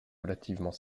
relativement